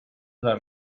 dal